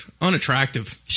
Unattractive